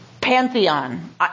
pantheon